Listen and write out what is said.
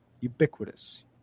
Ubiquitous